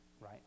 right